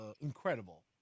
incredible